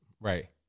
Right